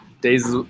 Days